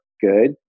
good